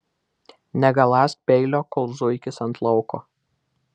negaląsk peilio kol zuikis ant lauko